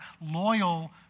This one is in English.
loyal